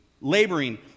laboring